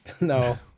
No